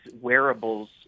wearables